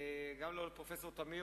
גם לא לפרופסור תמיר,